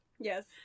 Yes